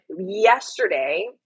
yesterday